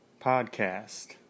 podcast